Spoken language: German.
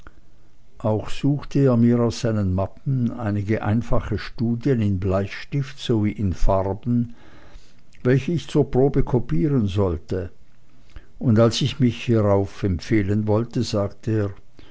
auch suchte er mir aus seinen mappen einige einfache studien in bleistift sowie in farben welche ich zur probe kopieren sollte und als ich hierauf mich empfehlen wollte sagte er